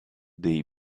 dei